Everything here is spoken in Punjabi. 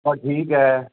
ਉਹ ਠੀਕ ਹੈ